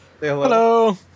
Hello